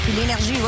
l'énergie